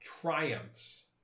triumphs